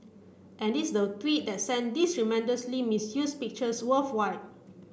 and this the tweet that sent these tremendously misused pictures worldwide